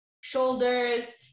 shoulders